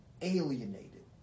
alienated